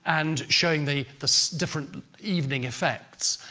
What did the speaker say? and showing the the different evening effects,